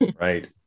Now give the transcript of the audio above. Right